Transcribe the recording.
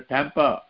Tampa